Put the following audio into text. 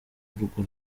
urwo